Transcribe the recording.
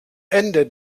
ende